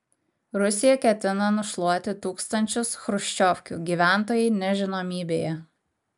rusija ketina nušluoti tūkstančius chruščiovkių gyventojai nežinomybėje